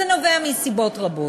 זה נובע מסיבות רבות,